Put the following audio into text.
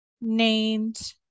named